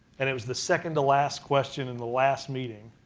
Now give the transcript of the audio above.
and it was the second to last question in the last meeting,